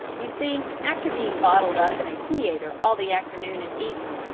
you see, after being bottled up in a theatre all the afternoon and evening,